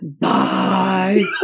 Bye